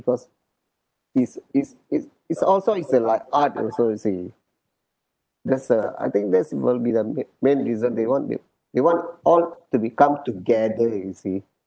because it's it's it's it's also is a like art also you see there's a I think that's will be the main main reason they want they want all to become together you see